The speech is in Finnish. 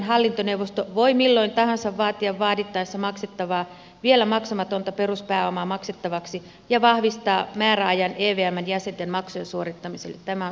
hallintoneuvosto voi milloin tahansa vaatia vaadittaessa maksettavaa vielä maksamatonta peruspääomaa maksettavaksi ja vahvistaa määräajan evmn jäsenten maksujen suorittamiselle